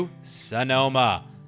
Sonoma